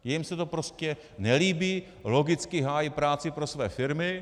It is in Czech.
Jim se to prostě nelíbí, logicky hájí práci pro své firmy.